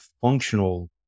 functional